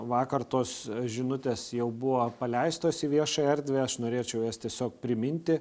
vakar tos žinutės jau buvo paleistos į viešąją erdvę aš norėčiau jas tiesiog priminti